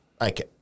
okay